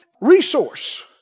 resource